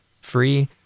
free